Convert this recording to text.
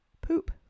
poop